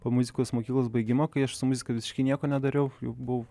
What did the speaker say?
po muzikos mokyklos baigimo kai aš su muzika visiškai nieko nedariau jau buvau